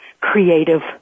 creative